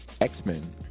X-Men